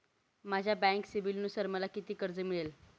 माझ्या बँक सिबिलनुसार मला किती कर्ज मिळेल?